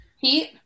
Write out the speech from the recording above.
Pete